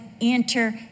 enter